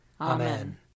Amen